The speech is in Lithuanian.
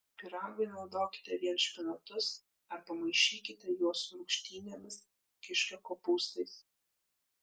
pyragui naudokite vien špinatus arba maišykite juos su rūgštynėmis kiškio kopūstais